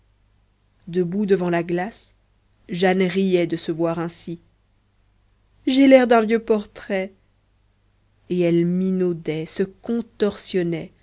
debout devant la glace jane riait de se voir ainsi j'ai l'air d'un vieux portrait et elle minaudait se contorsionnait